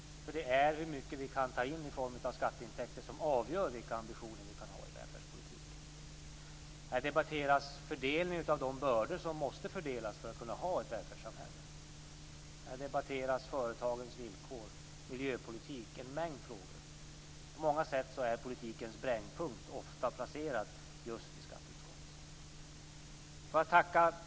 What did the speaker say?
Det är hur mycket vi kan ta in i form av skatteintäkter som avgör vilka ambitioner vi kan ha i välfärdspolitiken. Här debatteras fördelningen av de bördor som måste fördelas för att man skall kunna ha ett välfärdssamhälle. Här debatteras företagens villkor, miljöpolitik och en mängd andra frågor. På många sätt är politikens brännpunkt ofta placerad just i skatteutskottet.